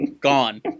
gone